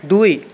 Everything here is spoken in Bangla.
দুই